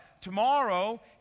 tomorrow